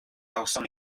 gawsom